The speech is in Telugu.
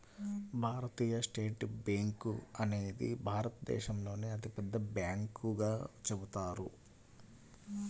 భారతీయ స్టేట్ బ్యేంకు అనేది భారతదేశంలోనే అతిపెద్ద బ్యాంకుగా చెబుతారు